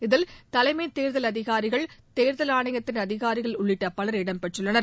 இதில் தலைமைத்தேர்தல் அதிகாரிகள் தேர்தல் ஆணையத்தின் அதிகாரிகள் உள்ளிட்ட பலர் இடம்பெற்றுள்ளனர்